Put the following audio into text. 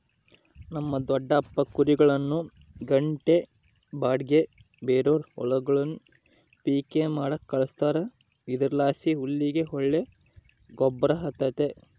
ನಮ್ ದೊಡಪ್ಪ ಕುರಿಗುಳ್ನ ಗಂಟೆ ಬಾಡಿಗ್ಗೆ ಬೇರೇರ್ ಹೊಲಗುಳ್ಗೆ ಪಿಕ್ಕೆ ಮಾಡಾಕ ಕಳಿಸ್ತಾರ ಇದರ್ಲಾಸಿ ಹುಲ್ಲಿಗೆ ಒಳ್ಳೆ ಗೊಬ್ರ ಆತತೆ